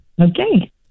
Okay